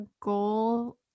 goal